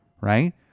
right